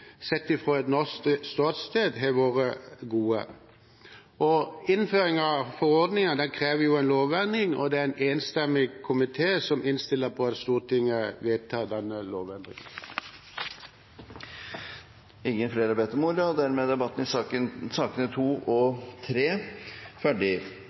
sett fra et norsk ståsted har vært gode. Innføring av forordningen krever en lovendring, og det er en enstemmig komité som innstiller til at Stortinget vedtar denne lovendringen. Flere har ikke bedt om ordet til sakene nr. 2 og